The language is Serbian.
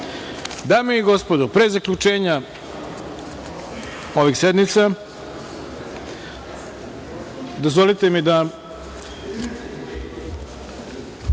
radu. Dame i gospodo, pre zaključenja ovih sednica, dozvolite mi da